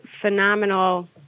phenomenal